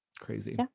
crazy